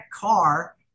car